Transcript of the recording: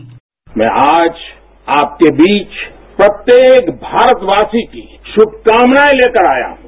bite मैं आज आपके बीच प्रत्येक भारतवासी की शुभकामनाएं लेकर आया हूं